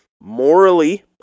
morally